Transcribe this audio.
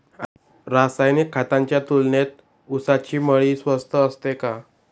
रासायनिक खतांच्या तुलनेत ऊसाची मळी स्वस्त असते का?